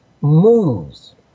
moves